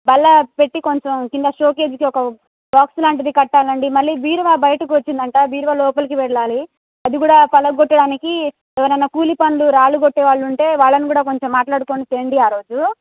బల్ల పెట్టి కొంచెం కింద షోకేజ్కి ఒక బాక్స్ లాంటిది కట్టాలండి మళ్ళీ బీరువా బయటికి వచ్చిందంట బీరువా లోపలికి వెళ్ళాలి అది కూడా పలగొట్టడానికి ఎవరన్నా కూలి పనులు రాళ్లు కొట్టే వాళ్ళు ఉంటే వాళ్ళని కూడా కొంచెం మాట్లాడుకొని తెండి ఆ రోజు